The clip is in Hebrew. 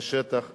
בשטח פתוח.